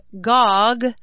gog